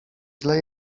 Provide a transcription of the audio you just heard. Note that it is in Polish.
źle